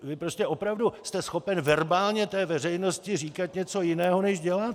Vy prostě opravdu jste schopen verbálně té veřejnosti říkat něco jiného než děláte!